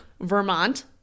Vermont